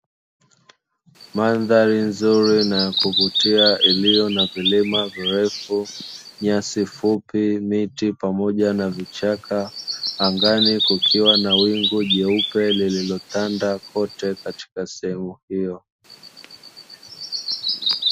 Mandhari nzuri na ya kuvutia iliyo na vilima virefu, nyasi fupi, miti pamoja na vichaka, angani kukiwa na wingu jeupe lililotanda kote katika sehemu hiyo.